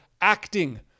acting